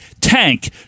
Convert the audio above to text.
tank